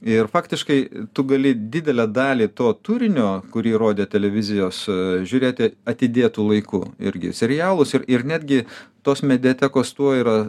ir faktiškai tu gali didelę dalį to turinio kurį rodė televizijos žiūrėti atidėtu laiku irgi serialus ir ir netgi tos mediatekos tuo yra